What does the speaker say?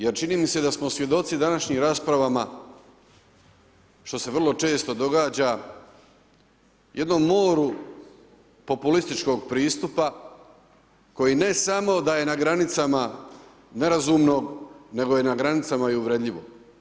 Jer čini mi se da smo svjedoci današnjim raspravama, što se vrlo često događa, jednom moru populističkog pristupa koji ne samo da je na granicama ne razumnog, nego je na granicama i uvredljivog.